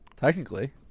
technically